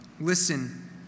Listen